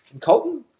Colton